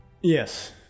Yes